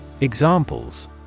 Examples